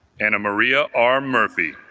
anna maria r. murphy